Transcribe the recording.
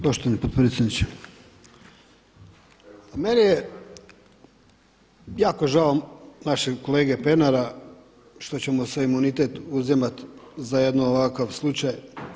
Poštovani potpredsjedniče, meni je jao žao našeg kolege Pernara što će mu se imunitet uzimat za jedan ovakav slučaj.